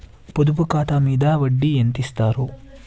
పొదుపు ఖాతా మీద వడ్డీ ఎంతిస్తరు?